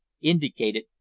indicated